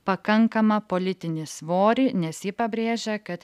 pakankamą politinį svorį nes ji pabrėžia kad